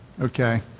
Okay